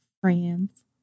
friends